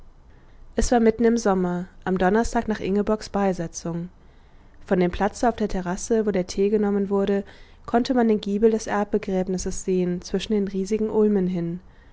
es war mitten im sommer am donnerstag nach ingeborgs beisetzung von dem platze auf der terrasse wo der tee genommen wurde konnte man den giebel des erbbegräbnisses sehen zwischen den riesigen ulmen hin